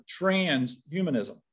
transhumanism